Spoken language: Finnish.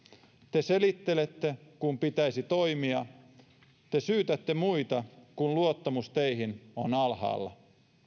te selittelette kun pitäisi toimia te syytätte muita kun luottamus teihin on alhaalla